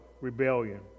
rebellion